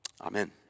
Amen